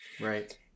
Right